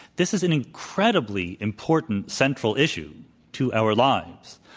this is an incredibly important, central issue to our lives.